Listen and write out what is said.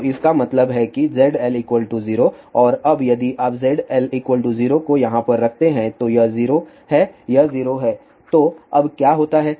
तो इसका मतलब है कि ZL 0 और अब यदि आप ZL 0 को यहाँ पर रखते हैं तो यह 0 है यह 0 है तो अब क्या होता है